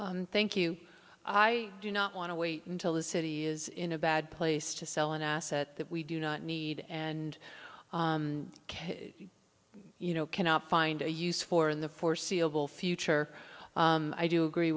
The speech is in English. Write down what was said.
or thank you i do not want to wait until the city is in a bad place to sell an asset that we do not need and can you know cannot find a use for in the foreseeable future i do agree